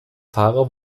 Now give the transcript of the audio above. fahrer